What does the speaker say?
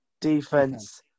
Defense